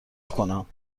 کنم